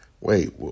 Wait